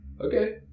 Okay